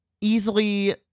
easily